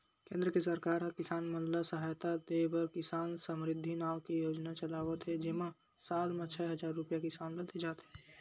केंद्र के सरकार ह किसान मन ल सहायता देबर किसान समरिद्धि नाव के योजना चलावत हे जेमा साल म छै हजार रूपिया किसान ल दे जाथे